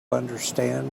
understand